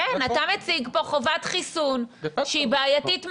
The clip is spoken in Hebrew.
אתה מציג פה חובת חיסון, שהיא בעייתית מאוד.